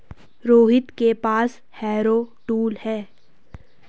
रोहित के पास harrow tool है